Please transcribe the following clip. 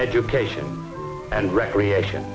education and recreation